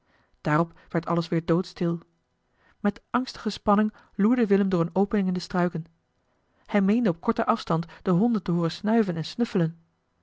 daarop werd alles weer doodstil met angstige spanning loerde willem door eene opening in de struiken hij meende op korten afstand de honden te hooren snuiven en snuffelen